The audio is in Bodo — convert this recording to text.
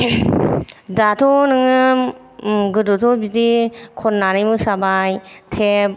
दाथ' नोङो गोदोथ' बिदि खननानै मोसाबाय थेब